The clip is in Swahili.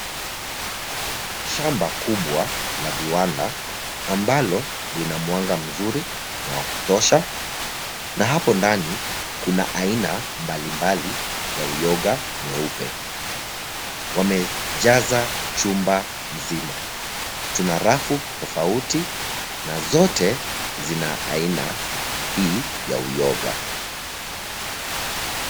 Shamba kubwa la viwanda ambalo lina mwanga mzuri na wa kutosha na hapo ndani kuna aina mbali mbali za uyoga mweupe. Wamejaza chumba mzima. Tuna rafu tofauti, na zote zina aina hii ya uyoga.